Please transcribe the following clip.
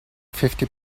fifty